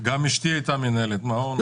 גם אשתי הייתה מנהלת מעון.